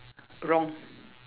wrong